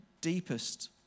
deepest